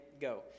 go